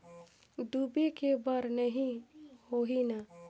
डूबे के बर नहीं होही न?